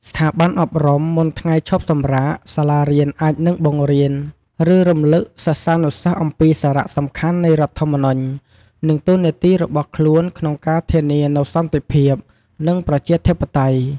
ស្ថាប័នអប់រំ មុនថ្ងៃឈប់សម្រាក សាលារៀនអាចនឹងបង្រៀន ឬរំលឹកសិស្សានុសិស្សអំពីសារៈសំខាន់នៃរដ្ឋធម្មនុញ្ញ និងតួនាទីរបស់ខ្លួនក្នុងការធានានូវសន្តិភាព និងប្រជាធិបតេយ្យ។